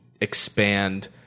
expand